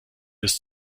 ist